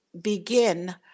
begin